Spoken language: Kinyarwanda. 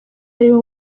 ariwe